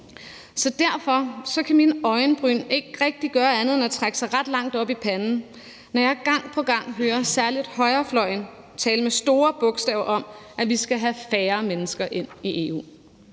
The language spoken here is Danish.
Så derfor kan mine øjenbryn ikke rigtig gøre andet end at trække sig ret langt op i panden, når jeg gang på gang hører særlig højrefløjen tale med store bogstaver om, at vi skal have færre mennesker ind i EU.